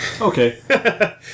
Okay